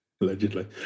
allegedly